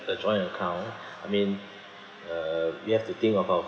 a joint account I mean uh you have to think about